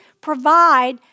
provide